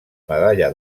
medalla